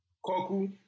Koku